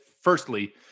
firstly